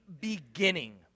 beginning